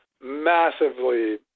massively